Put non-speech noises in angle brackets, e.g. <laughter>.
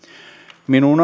minuun <unintelligible>